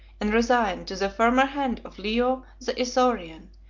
and resigned, to the firmer hand of leo the isaurian,